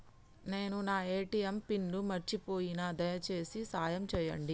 నేను నా ATM pin మర్చిపోయిన, దయచేసి సాయం చేయండి